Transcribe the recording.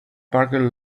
parking